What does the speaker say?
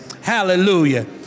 Hallelujah